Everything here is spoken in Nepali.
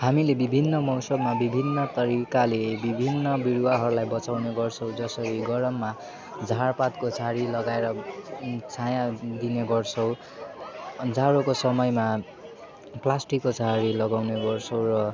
हामीले विभिन्न मौसममा विभिन्न तरिकाले विभिन्न बिरुवाहरूलाई बचाउने गर्छौँ जसरी गरममा झारपातको छाहारी लागाएर छाया दिने गर्छौँ जाडोको समयमा प्लासटिकको छाहारी लगाउने गर्छौँ र